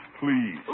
please